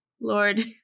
Lord